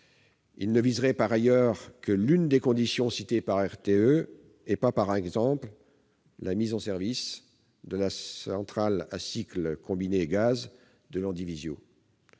Elle ne viserait par ailleurs que l'une des conditions citées par RTE, et non pas, par exemple, la mise en service de la centrale à cycle combiné gaz de Landivisiau,